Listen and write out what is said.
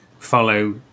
follow